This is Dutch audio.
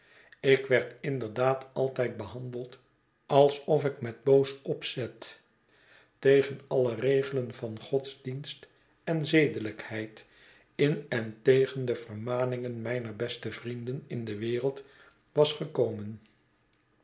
ik werd inderdaad altijd behandeld alsof ik met boos opzet tegen alle regelen van godsdienst en zedelijkheid in en tegen de vermaningen mijner beste vrienden in de wereld was gekomen